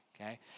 okay